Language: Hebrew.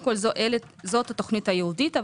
זו התוכנית הייעודית.